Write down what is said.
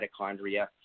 mitochondria